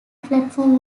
platform